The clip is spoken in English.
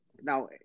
now